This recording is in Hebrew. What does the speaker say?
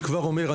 אני כבר אומר,